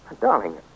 darling